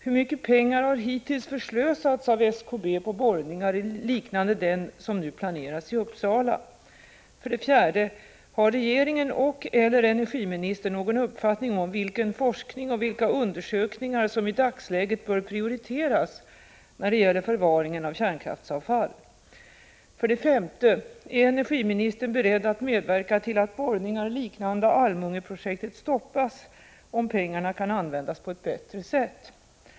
Hur mycket pengar har hittills förslösats av SKB på borrningar liknande den som nu planeras i Uppsala? 4. Har regeringen och/eller energiministern någon uppfattning om vilken forskning och vilka undersökningar som i dagsläget bör prioriteras när det gäller förvaringen av kärnkraftsavfall? 5. Är energiministern beredd att medverka till att borrningar liknande Almungeprojektet stoppas om pengarna kan användas på ett bättre sätt?